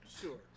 sure